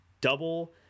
Double